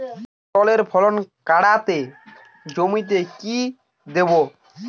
পটলের ফলন কাড়াতে জমিতে কি দেবো?